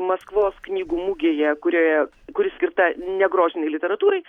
maskvos knygų mugėje kurioje kuri skirta negrožinei literatūrai